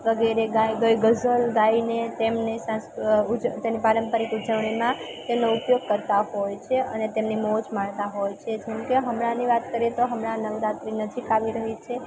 વગેરે ગાઈ ગાઈ ગઝલ ગાઈને તેમને તેની પારંપરિક ઉજવણીમાં તેનો ઉપયોગ કરતાં હોય છે અને તેમની મોજ માણતા હોય છે જેમકે હમણાંની વાત કરીએ તો હમણાં નવરાત્રી નજીક આવી રહી છે